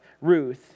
Ruth